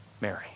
Mary